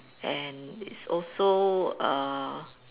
and is also err